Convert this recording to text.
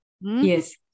Yes